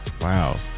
Wow